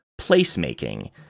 placemaking